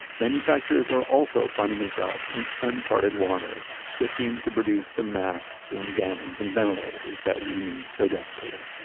manufacturers are also finding themselves in uncharted waters, switching to produce the masks and gowns and ventilators that we need so desperately.